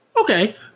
Okay